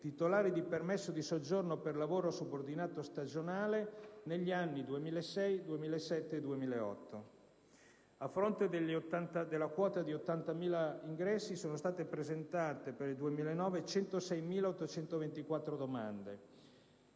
titolari di permesso di soggiorno per lavoro subordinato stagionale negli anni 2006, 2007 e 2008. A fronte della quota di 80.000 ingressi, sono state presentate, per il 2009, 106.824 domande,